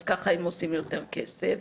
אז ככה הם עושים יותר כסף